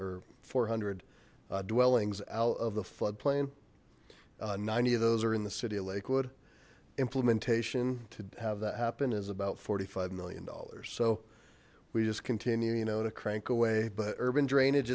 or four hundred dwellings out of the floodplain ninety of those are in the city of lakewood implementation to have that happen is about forty five million dollars so we just continue you know to crank away but urban drainage